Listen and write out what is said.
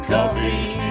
Coffee